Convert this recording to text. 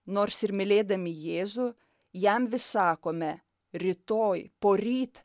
nors ir mylėdami jėzų jam vis sakome rytoj poryt